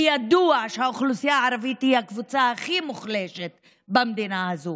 כי ידוע שהאוכלוסייה הערבית היא הקבוצה הכי מוחלשת במדינה הזאת,